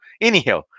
Anyhow